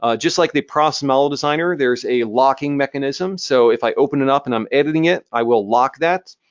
ah just like the process model designer, there's a locking mechanism. so if i open it up and i'm editing it, i will lock that.